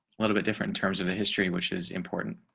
a little bit different terms of the history, which is important.